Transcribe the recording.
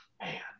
Man